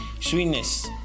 sweetness